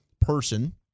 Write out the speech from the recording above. Person